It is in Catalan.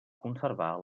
conservar